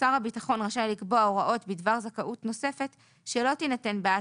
שר הביטחון רשאי לקבוע הוראות בדבר זכאות נוספת שלא תינתן בעד